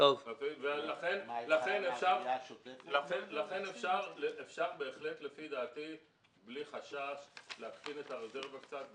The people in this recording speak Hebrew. לכן אפשר בהחלט לפי דעתי בלי חשש להקטין את הרזרבה קצת,